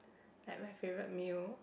like my favorite meal